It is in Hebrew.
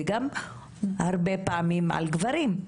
וגם הרבה פעמים על גברים,